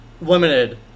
limited